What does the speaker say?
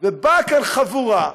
באה לכאן חבורה,